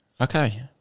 okay